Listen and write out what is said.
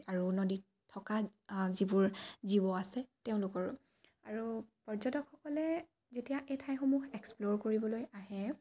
আৰু নদীত থকা যিবোৰ জীৱ আছে তেওঁলোকৰো আৰু পৰ্যটকসকলে যেতিয়া এই ঠাইসমূহ এক্সপ্ল'ৰ কৰিবলৈ আহে